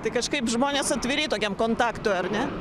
tai kažkaip žmonės atviri tokiam kontaktui ar ne